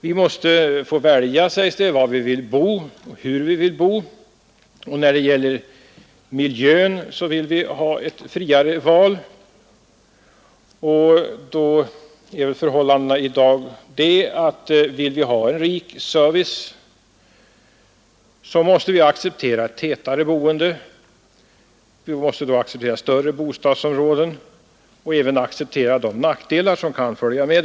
Vi måste få välja, sägs det, var och hur vi vill bo, och vi vill ha ett friare val när det gäller miljön. I dag är väl förhållandena sådana att vill vi ha en rik service så måste vi acceptera tätare boende och större bostadsområden, och vi måste även acceptera de nackdelar som kan följa därmed.